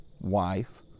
wife